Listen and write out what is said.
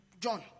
John